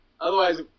otherwise